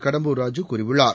கடம்பூர் ராஜூ கூறியுள்ளார்